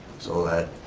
so that